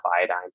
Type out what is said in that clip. iodine